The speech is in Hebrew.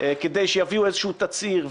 כדי שיביאו איזשהו תצהיר,